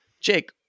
Jake